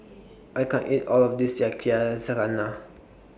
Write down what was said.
I can't eat All of This